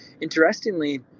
Interestingly